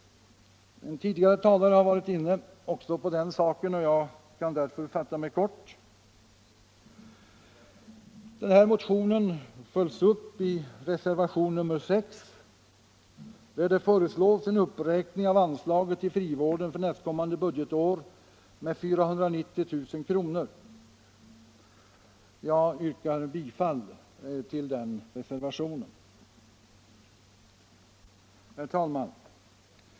En tidigare talare har varit inne på den saken, och jag kan därför fatta mig kort. Motionen följs upp i reservation nr 6, där det föreslås en uppräkning av anslaget till frivården för nästkommande budgetår med 490 000 kr. Jag yrkar bifall till den reservationen. Herr talman!